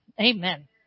amen